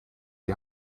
die